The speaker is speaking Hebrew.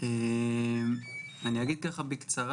אני רוצה להגיד שבתור